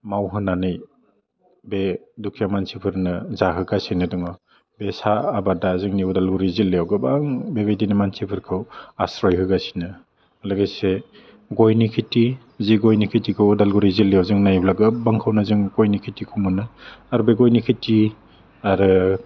मावहोनानै बे दुखिया मानिसिफोरनो जाहोगासिनो दङ बे साहा आबादा जोंनि अदालगुरि जिल्लायाव गोबां बेबायदिनो मानसिफोरखौ आश्रय होगासिनो लोगोसे गयनि खिथि जि गय खिथिखौ अदालगुरि जिल्लायाव जों नायब्ला गोबबांखौनो जों गयनि खिथिखौ मोनो आरो बे गयनि खिथि आरो